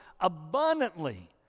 abundantly